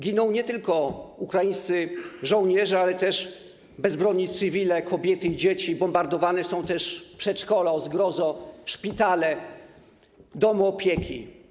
Giną nie tylko ukraińscy żołnierze, ale także bezbronni cywile, kobiety i dzieci, bombardowane są przedszkola, o zgrozo, szpitale, domy opieki.